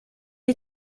est